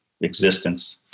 existence